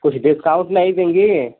कुछ डिस्काउन्ट नहीं देंगी